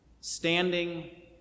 standing